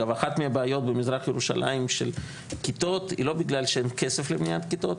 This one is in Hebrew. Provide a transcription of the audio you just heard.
אגב אחת מהבעיות שיש מחסור בכיתות לא בגלל שאין כסף לבניית כיתות,